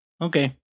Okay